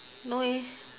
no eh